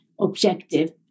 objective